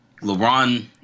LeBron